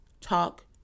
talk